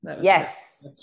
Yes